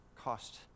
cost